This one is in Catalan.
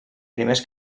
primers